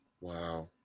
Wow